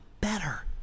better